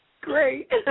Great